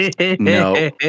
No